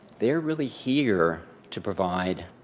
they're really here to provide